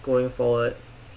going forward